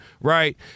right